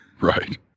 Right